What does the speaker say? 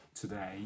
today